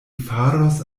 faros